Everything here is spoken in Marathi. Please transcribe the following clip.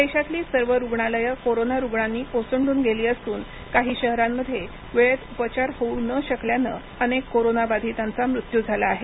देशातली सर्व रुग्णालयं कोरोना रुग्णांनी ओसंडून गेली असून काही शहरांमध्ये वेळेत उपचार होऊ न शकल्यानं अनेक कोरोना बाधितांचा मृत्यू झाला आहे